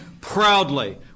proudly